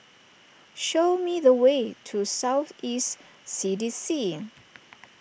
show me the way to South East C D C